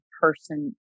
person